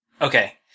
okay